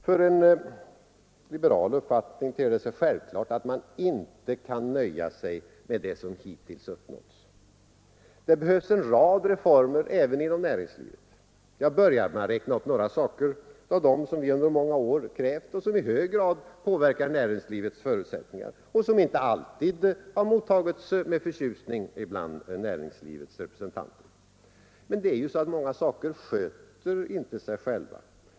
För en liberal uppfattning ter det sig självklart att man inte kan nöja sig med det som hittills uppnåtts. Det behövs en rad reformer även inom näringslivet. Jag har börjat räkna upp en del saker, som vi under många år krävt och som i hög grad påverkar näringslivets förutsättningar och som inte alltid har mottagits med förtjusning av näringslivets representanter. Men många saker sköter ju inte sig själva.